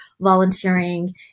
volunteering